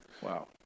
Wow